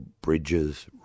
bridges